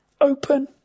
open